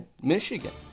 Michigan